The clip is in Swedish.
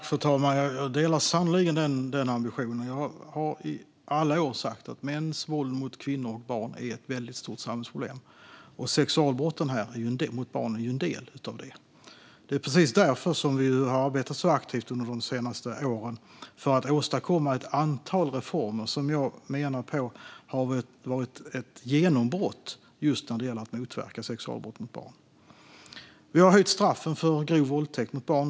Fru talman! Jag delar sannerligen den ambitionen. Jag har i alla år sagt att mäns våld mot kvinnor och barn är ett stort samhällsproblem, och sexualbrott mot barn är en del av detta. Det är precis därför vi har arbetat aktivt under de senaste åren för att åstadkomma ett antal reformer som jag menar har varit ett genombrott just när det gäller att motverka sexualbrott mot barn. Vi har höjt straffen för grov våldtäkt mot barn.